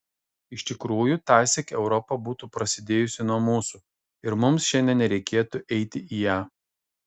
iš tikrųjų tąsyk europa būtų prasidėjusi nuo mūsų ir mums šiandien nereikėtų eiti į ją